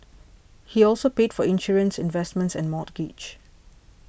he also pays for insurance investments and mortgage